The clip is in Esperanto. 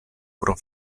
pro